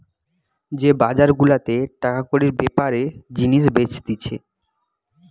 যে বাজার গুলাতে টাকা কড়ির বেপারে জিনিস বেচতিছে